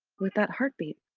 with that heartbeat.